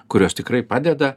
kurios tikrai padeda